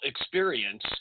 experience